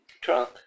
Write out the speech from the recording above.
trunk